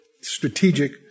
strategic